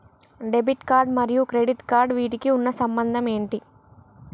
Debit మరియు credit cards వీటికి ఉన్న సంబంధం ఏంటి?